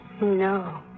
No